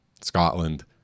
Scotland